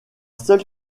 seul